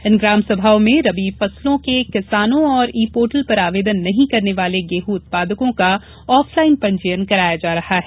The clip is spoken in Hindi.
इन ग्रामसभाओं में रबी फसलों के किसानों और ई पोर्टल पर आवेदन नहीं करने वाले गेहूं उत्पादकों का ऑफलाइन पंजीयन कराया जा रहा है